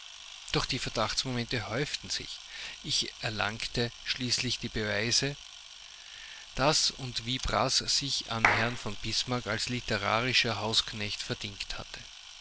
doch die verdachtsmomente häuften sich ich erlangte schließlich die beweise daß und wie braß sich an herrn von bismarck als literarischer hausknecht verdingt hatte